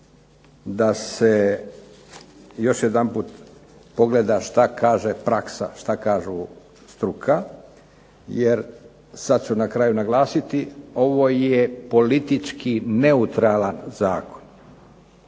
da se još jedanput pogleda šta kaže praksa, šta kažu struka, jer sad ću na kraju naglasiti ovo je politički neutralan zakon.